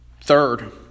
Third